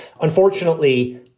Unfortunately